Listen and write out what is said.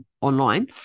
online